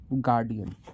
guardian